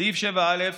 סעיף 7א,